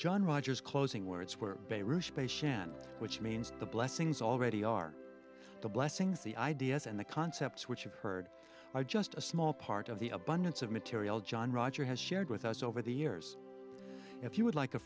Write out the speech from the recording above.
john rogers closing where it's where space ship in which means the blessings already are the blessings the ideas and the concepts which you've heard are just a small part of the abundance of material john roger has shared with us over the years if you would like a